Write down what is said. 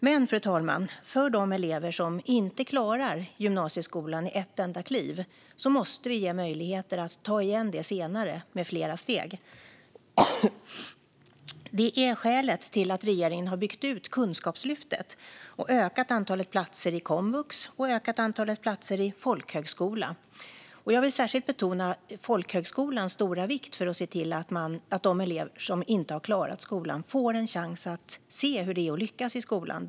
Men, fru talman, för de elever som inte klarar gymnasieskolan i ett enda kliv måste vi ge möjligheter att ta igen det senare med flera steg. Det är skälet till att regeringen har byggt ut Kunskapslyftet och ökat antalet platser i komvux och i folkhögskolan. Jag vill särskilt betona folkhögskolans stora vikt för att se till att de elever som inte har klarat skolan får en chans att se hur det är att lyckas i skolan.